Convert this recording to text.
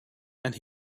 and